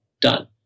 Done